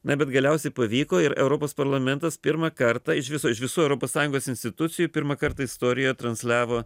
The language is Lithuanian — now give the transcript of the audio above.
na bet galiausiai pavyko ir europos parlamentas pirmą kartą iš viso iš visų europos sąjungos institucijų pirmą kartą istorijoj transliavo